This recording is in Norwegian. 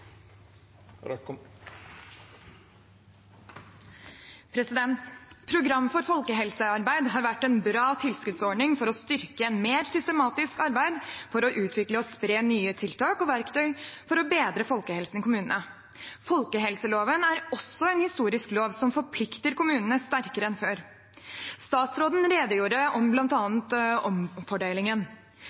Program for folkehelsearbeid har vært en bra tilskuddsordning for å styrke et mer systematisk arbeid for å utvikle og spre nye tiltak og verktøy for å bedre folkehelsen i kommunene. Folkehelseloven er også en historisk lov som forplikter kommunene sterkere enn før. Statsråden redegjorde om bl.a. omfordelingen.